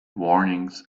warnings